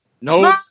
no